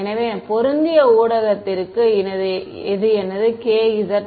எனவே பொருந்திய ஊடகத்திற்கு இது எனது kz ஆகும்